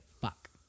fuck